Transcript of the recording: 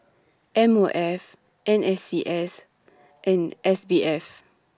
M O F N S C S and S B F